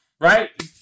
Right